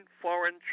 foreign